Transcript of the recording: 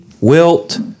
Wilt